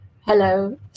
Hello